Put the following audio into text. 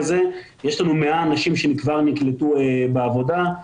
זה יש לנו 100 אנשים שכבר נקלטו בעבודה.